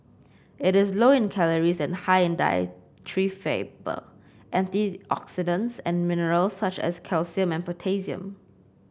it is low in calories and high in dietary fibre and in antioxidants and minerals such as calcium and potassium